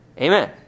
Amen